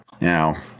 Now